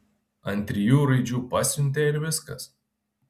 ant trijų raidžių pasiuntė ir viskas